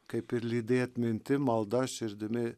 kaip ir lydėt mintim malda širdimi